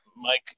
Mike